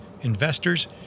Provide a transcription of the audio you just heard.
investors